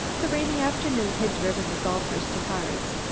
the rainy afternoon had driven the golfers to cards,